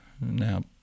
Now